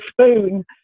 spoon